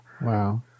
Wow